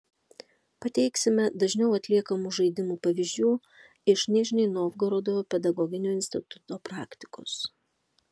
pateiksime dažniau atliekamų žaidimų pavyzdžių iš nižnij novgorodo pedagoginio instituto praktikos